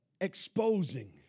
exposing